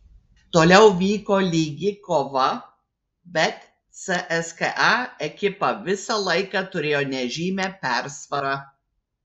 toliau vyko lygi kova bet cska ekipa visą laiką turėjo nežymią persvarą